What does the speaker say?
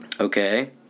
Okay